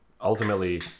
ultimately